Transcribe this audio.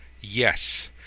Yes